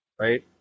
right